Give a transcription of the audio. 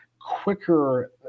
quicker